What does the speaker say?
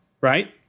right